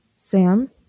Sam